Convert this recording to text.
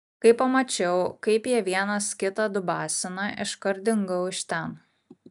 kai pamačiau kaip jie vienas kitą dubasina iškart dingau iš ten